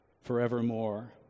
forevermore